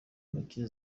inoti